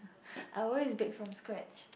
I always bake from scratch